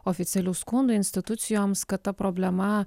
oficialių skundų institucijoms kad ta problema